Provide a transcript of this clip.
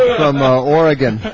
somehow oregon